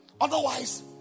otherwise